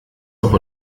auch